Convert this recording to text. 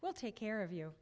well take care of you